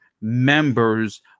members